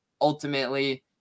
ultimately